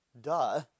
duh